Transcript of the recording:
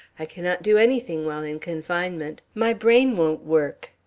i cannot do anything while in confinement. my brain won't work.